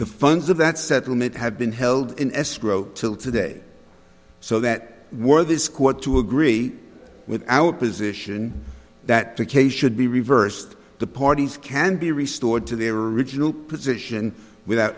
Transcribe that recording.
the funds of that settlement had been held in escrow till today so that were this court to agree with our position that the k should be reversed the parties can be restored to their original position without